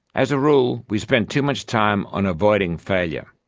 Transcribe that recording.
as a rule, we spend too much time on avoiding failure.